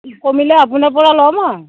কমিলে আপোনাৰ পৰা ল'ম আৰু